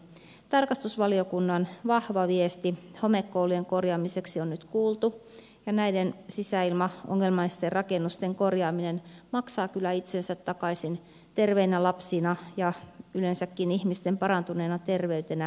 tarkastusvaliokunnan vahva viesti homekoulujen korjaamiseksi on nyt kuultu ja näiden sisäilmaongelmaisten rakennusten korjaaminen maksaa kyllä itsensä takaisin terveinä lapsina ja yleensäkin ihmisten parantuneena terveytenä